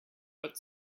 but